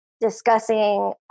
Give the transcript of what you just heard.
discussing